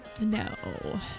No